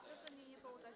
Proszę mnie nie pouczać.